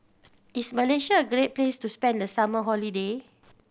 is Malaysia a great place to spend the summer holiday